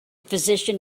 physician